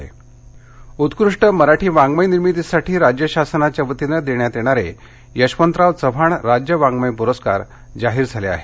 पुरस्कार बाईट उत्कृष्ट मराठी वाङ्वय निर्मितीसाठी राज्य शासनाच्या वतीने देण्यात येणारे यशवंतराव चव्हाण राज्य वाङ्वय पुरस्कार जाहीर झाले आहेत